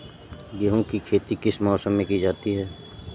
गेहूँ की खेती किस मौसम में की जाती है?